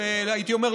הייתי אומר,